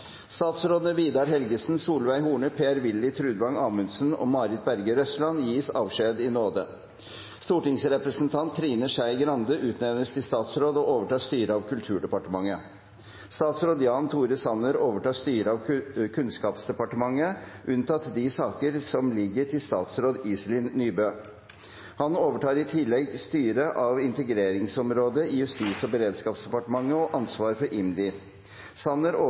Statsrådene Vidar Helgesen, Solveig Horne, Per-Willy Trudvang Amundsen og Marit Berger Røsland gis avskjed i nåde. Stortingsrepresentant Trine Skei Grande utnevnes til statsråd og overtar styret av Kulturdepartementet. Statsråd Jan Tore Sanner overtar styret av Kunnskapsdepartementet, unntatt de saker som ligger til statsråd Iselin Nybø. Han overtar i tillegg styret av integreringsområdet i Justis- og beredskapsdepartementet og ansvaret for IMDi. Sanner